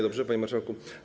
Dobrze, panie marszałku?